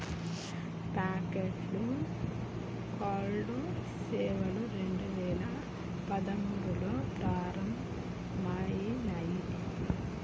fog to cloud సేవలు రెండు వేల పదమూడులో ప్రారంభమయినాయి